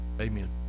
Amen